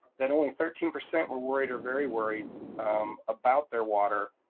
that only thirteen percent were worried, or very worried about their water,